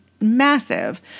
massive